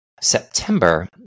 September